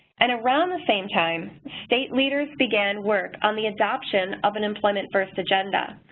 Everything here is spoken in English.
and around the same time, state leaders began work on the adoption of unemployment first agenda.